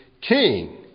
king